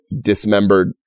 dismembered